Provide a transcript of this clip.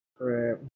Right